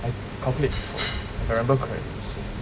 I calculate if I remember correctly